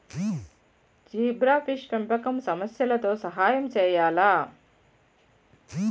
Zebrafish పెంపకం సమస్యలతో సహాయం చేయాలా?